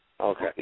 Okay